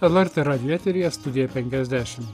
lrt radijo eteryje studija penkiasdešim